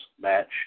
match